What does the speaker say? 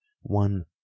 one